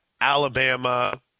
Alabama